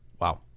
wow